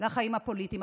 לחיים הפוליטיים.